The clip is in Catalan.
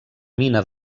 mina